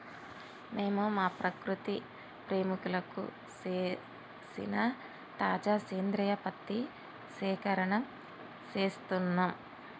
మేము మా ప్రకృతి ప్రేమికులకు సేసిన తాజా సేంద్రియ పత్తి సేకరణం సేస్తున్నం